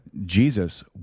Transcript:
Jesus